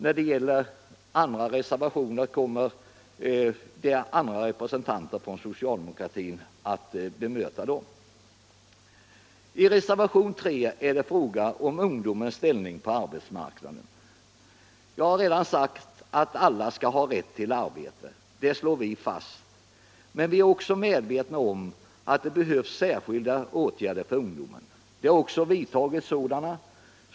När det gäller övriga reservationer kommer andra företrädare för socialdemokratin att bemöta dessa. I reservationen 3 är det fråga om ungdomens ställning på arbetsmarknaden. Jag har redan sagt att alla skall ha rätt till arbete. Det slår vi fast. Men vi är också medvetna om att det behövs särskilda åtgärder för ungdomen. Det har också vidtagits sådana.